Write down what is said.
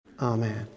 amen